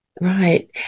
Right